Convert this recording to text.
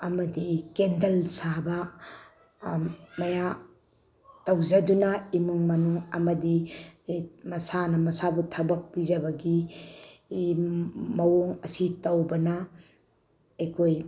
ꯑꯃꯗꯤ ꯀꯦꯟꯗꯜ ꯁꯥꯕ ꯃꯌꯥꯝ ꯇꯧꯖꯗꯨꯅ ꯏꯃꯨꯡ ꯃꯅꯨꯡ ꯑꯃꯗꯤ ꯃꯁꯥꯅ ꯃꯁꯥꯕꯨ ꯊꯕꯛ ꯄꯤꯖꯕꯒꯤ ꯃꯑꯣꯡ ꯑꯁꯤ ꯇꯧꯕꯅ ꯑꯩꯈꯣꯏ